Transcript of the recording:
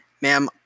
Ma'am